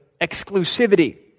exclusivity